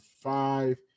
five